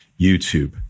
YouTube